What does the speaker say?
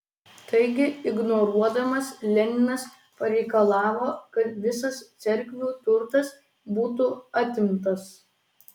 tai ignoruodamas leninas pareikalavo kad visas cerkvių turtas būtų atimtas